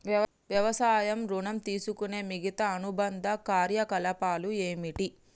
వ్యవసాయ ఋణం తీసుకునే మిగితా అనుబంధ కార్యకలాపాలు ఏమిటి?